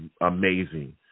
amazing